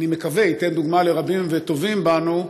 אני מקווה, ייתן דוגמה, לרבים וטובים בנו,